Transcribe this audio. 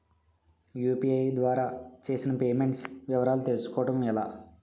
UPI ద్వారా చేసిన payments వివరాలు తెలుసుకోవటం ఎలా?